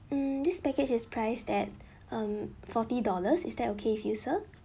mm this package is priced at um forty dollars is that okay with you sir